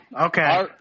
Okay